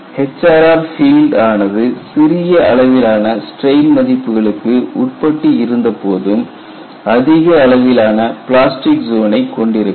HRR field ஆனது சிறிய அளவிலான ஸ்டிரெயின் மதிப்புகளுக்கு உட்பட்டு இருந்த போதும் அதிக அளவிலான பிளாஸ்டிக் ஜோனை கொண்டிருக்கும்